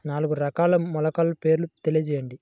నాలుగు రకాల మొలకల పేర్లు తెలియజేయండి?